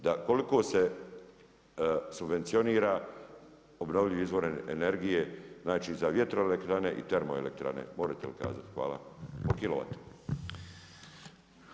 Da koliko se subvencionira obnovljivi izvor energije, znači za vjetroelektrane i termoelektrane morete li kazati?